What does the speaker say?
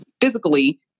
physically